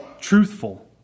truthful